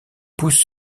pousse